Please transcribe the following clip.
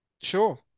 sure